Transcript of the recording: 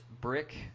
brick